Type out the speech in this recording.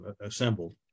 assembled